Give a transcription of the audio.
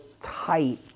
tight